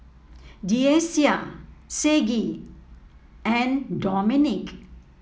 Deasia Saige and Dominic